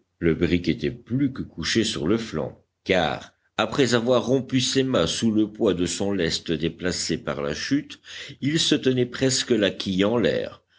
le brick était plus que couché sur le flanc car après avoir rompu ses mâts sous le poids de son lest déplacé par la chute il se tenait presque la quille en l'air